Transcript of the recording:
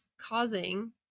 causing